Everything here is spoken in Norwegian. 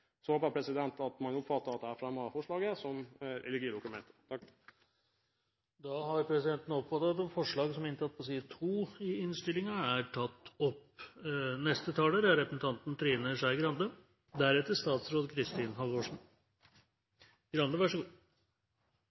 Så håper jeg at man oppfattet at jeg tok opp forslaget som ligger i dokumentet. Da har presidenten oppfattet at det forslaget som er inntatt på side 2 i innstillingen, er tatt opp.